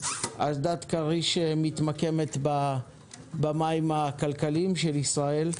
אסדת כריש מתמקמת במים הכלכליים של ישראל,